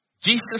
Jesus